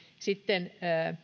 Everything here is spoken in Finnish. sitten